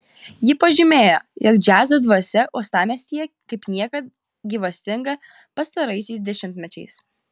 ji pažymėjo jog džiazo dvasia uostamiestyje kaip niekad gyvastinga pastaraisiais dešimtmečiais